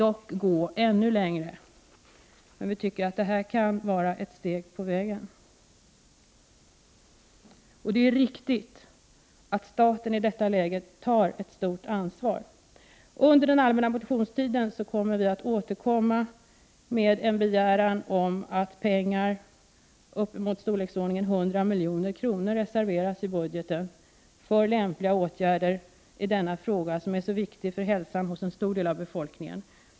Vi vill gå ännu längre, men vi tycker att detta kan vara ett steg på vägen. Vi anser också att det är riktigt att staten i detta läge tar ett stort ansvar. Under den allmänna motionstiden återkommer vi med en begäran om att pengar — anslaget bör vara i storleksordningen 100 milj.kr. — reserveras i budgeten för lämpliga åtgärder i denna fråga, som är så viktig för hälsan hos en stor del av befolkningen.